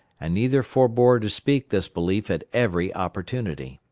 and neither forbore to speak this belief at every opportunity.